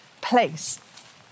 place